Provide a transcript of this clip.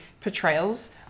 portrayals